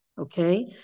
Okay